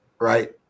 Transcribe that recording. right